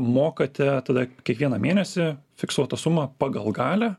mokate tada kiekvieną mėnesį fiksuotą sumą pagal galią